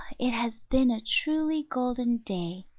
it has been a truly golden day,